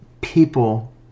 people